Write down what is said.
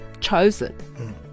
chosen